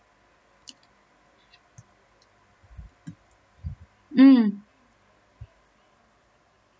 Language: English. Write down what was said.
mm